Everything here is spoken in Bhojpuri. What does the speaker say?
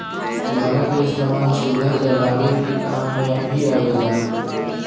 पुअरा के इस्तेमाल चूल्हा जरावे के काम मे भी आवेला